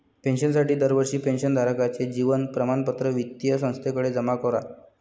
पेन्शनसाठी दरवर्षी पेन्शन धारकाचे जीवन प्रमाणपत्र वित्तीय संस्थेकडे जमा करा